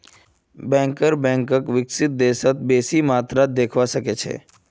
banker बैंकक विकसित देशत बेसी मात्रात देखवा सके छै